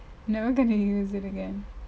never gonna use it again